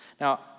Now